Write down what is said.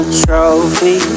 trophy